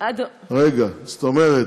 זאת אומרת,